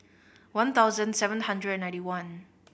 one thousand seven hundred and ninety one